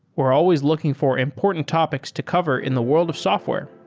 we're always looking for important topics to cover in the world of software.